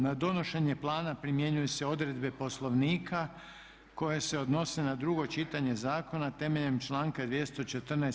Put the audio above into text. Na donošenje plana primjenjuju se odredbe Poslovnika koje se odnose na drugo čitanje zakona temeljem članka 214.